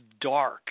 dark